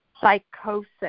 psychosis